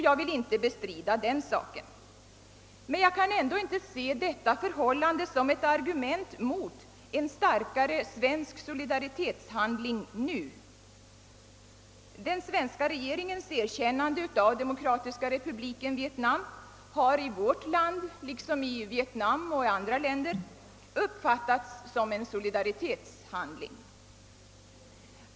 Jag vill inte bestrida den saken, men jag kan ändå inte se detta förhållande som ett argument mot en starkare svensk solidaritetshandling nu. Den svenska regeringens erkännande av Demokratiska republiken Vietnam har i vårt land liksom i Vietnam och i andra länder uppfattats som en solidaritetshandling.